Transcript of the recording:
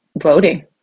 voting